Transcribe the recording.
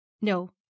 No